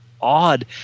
odd